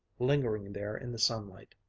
lingering there in the sunlight.